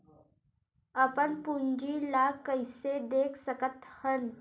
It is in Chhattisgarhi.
अपन पूंजी ला कइसे देख सकत हन?